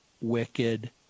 wicked